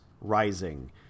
Rising